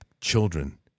children